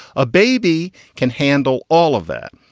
a baby can handle all of that.